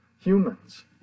humans